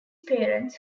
parents